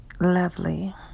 lovely